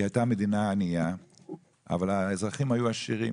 היא הייתה מדינה ענייה אבל האזרחים היו עשירים